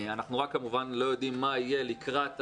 אנחנו רק כמובן לא יודעים מה יהיה לקראת,